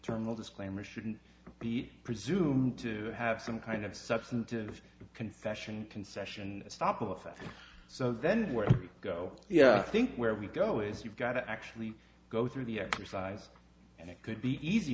turmel disclaimer shouldn't be presumed to have some kind of substantive confession concession and stop of so then where you go yeah i think where we go is you've got to actually go through the exercise and it could be easy